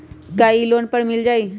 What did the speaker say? का इ लोन पर मिल जाइ?